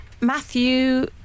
Matthew